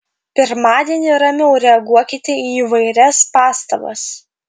pirmadienį ramiau reaguokite į įvairias pastabas